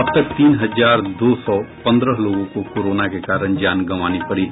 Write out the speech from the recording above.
अब तक तीन हजार दो सौ पन्द्रह लोगों को कोरोना के कारण जान गंवानी पड़ी